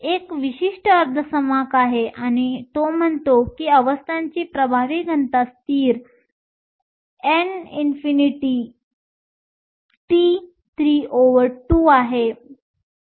एक विशिष्ट अर्धसंवाहक आहे आणि तो म्हणतो की अवस्थांची प्रभावी घनता स्थिर Nco T32 आहे